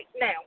now